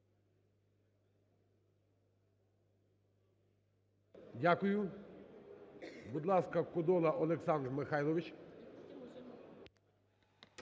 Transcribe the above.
Дякую. Будь ласка, Кодола Олександр Михайлович.